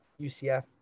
UCF